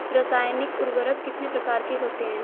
रासायनिक उर्वरक कितने प्रकार के होते हैं?